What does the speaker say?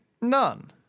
none